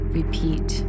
repeat